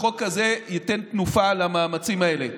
החוק הזה ייתן תנופה למאמצים האלה.